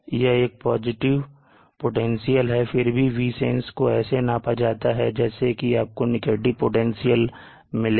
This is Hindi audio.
यह एक पॉजिटिव पोटेंशियल है फिर भी Vsense को ऐसे नापा जाता है जैसे कि आपको नेगेटिव पोटेंशियल मिलेगा